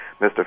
Mr